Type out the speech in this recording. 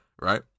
Right